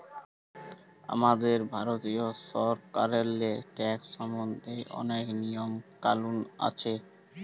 আমাদের ভারতীয় সরকারেল্লে ট্যাকস সম্বল্ধে অলেক লিয়ম কালুল আছে